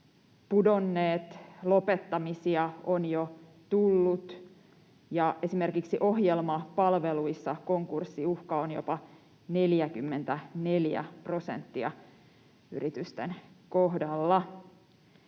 pudonneet, lopettamisia on jo tullut, ja esimerkiksi ohjelmapalveluissa konkurssiuhan alla on jopa 44 prosenttia yrityksistä.